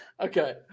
Okay